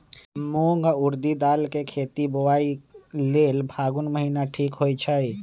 मूंग ऊरडी दाल कें खेती बोआई लेल फागुन महीना ठीक होई छै